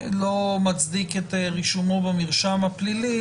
לא דבר שמצדיק את רישומו במרשם הפלילי,